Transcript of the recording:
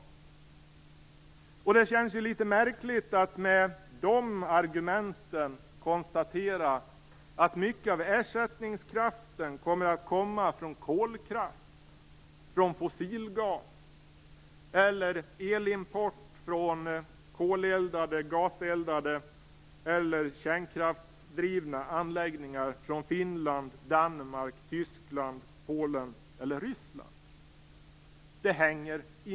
I och med de argumenten känns det litet märkligt att konstatera att en stor del av ersättningskraften kommer att komma från kolkraft, fossilgas eller elimport från koleldade, gaseldade eller kärnkraftsdrivna anläggningar i Finland, Danmark, Tyskland, Polen eller Ryssland.